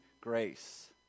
Grace